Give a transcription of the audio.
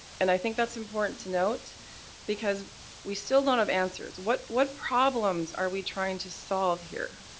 and i think that's important to note because we still don't have answers. what what problems are we trying to solve here?